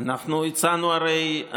אנחנו הצענו הרי,